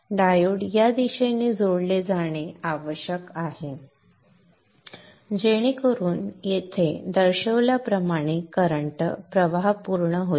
diode या दिशेने जोडले जाणे आवश्यक आहे जेणेकरुन येथे दर्शविल्याप्रमाणे करंट प्रवाह पूर्ण होईल